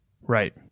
right